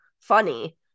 funny